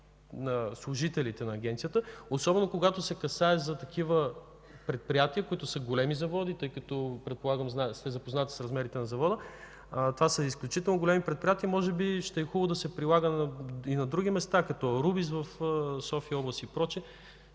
на служителите на Агенцията, особено когато се касае за такива предприятия, тъй като, предполагам сте запознати с размерите на завода. Това са изключително големи предприятия. Може би ще е хубаво да се прилага и на други места като „Аурубис” в София-област и прочие.